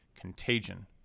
contagion